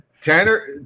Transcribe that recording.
Tanner